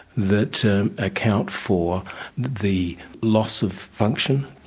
that account for the loss of function,